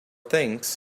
things